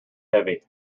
heavy